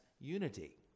unity